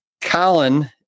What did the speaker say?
Colin